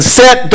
set